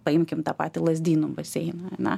paimkim tą patį lazdynų baseiną ane